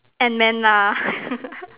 Ant Man lah